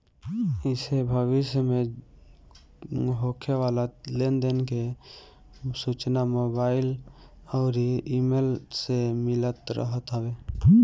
एसे भविष्य में होखे वाला लेन देन के सूचना मोबाईल अउरी इमेल से मिलत रहत हवे